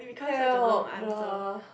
help lah